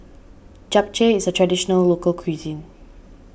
Japchae is a Traditional Local Cuisine